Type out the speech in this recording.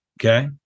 okay